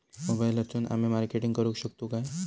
मोबाईलातसून आमी मार्केटिंग करूक शकतू काय?